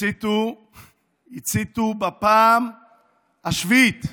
הציתו בפעם השביעית,